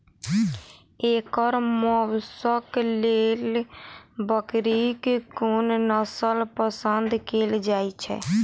एकर मौशक लेल बकरीक कोन नसल पसंद कैल जाइ छै?